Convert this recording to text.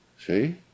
See